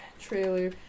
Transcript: trailer